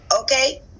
okay